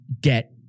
get